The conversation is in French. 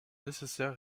nécessaire